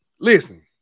listen